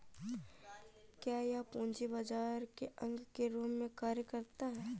क्या यह पूंजी बाजार के अंग के रूप में कार्य करता है?